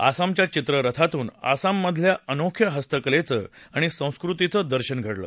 आसामच्या चित्ररथातुन आसाममधल्या अनोख्या हस्तकलेचं आणि संस्कृतीचं दर्शन घडलं